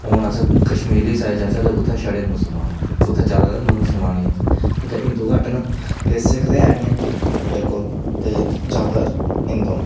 हून अस कश्मीर दी साइड जाचै ते उ'त्थें छडे़ मुसलमान न उ'त्थें जादै मुसलमान ई ऐ उत्थें हिन्दू घट्ट न ते सिक्ख ते ऐ निं हैन बिलकुल ते जादै हिन्दू न